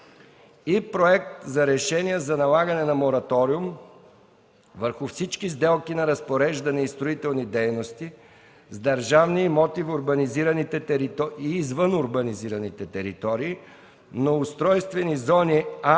Проект за решение за налагане на мораториум върху всички сделки на разпореждане и строителни дейности с държавни имоти в урбанизираните и извън урбанизираните територии на устройствени зони „А”